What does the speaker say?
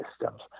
systems